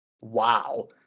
Wow